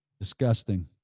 Disgusting